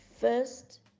First